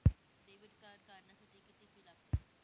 Debit card काढण्यासाठी किती fee लागते?